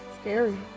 scary